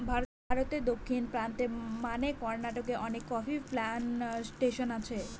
ভারতে দক্ষিণ প্রান্তে মানে কর্নাটকে অনেক কফি প্লানটেশন আছে